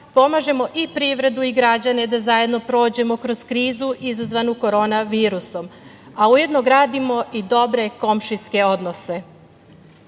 pomažemo i privredu i građane da zajedno prođemo kroz krizu izazvanu korona virusom, a ujedno gradimo i dobre komšijske odnose.